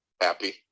happy